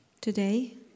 today